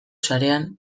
sarean